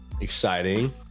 exciting